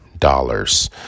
dollars